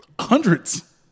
Hundreds